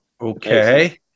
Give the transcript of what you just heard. okay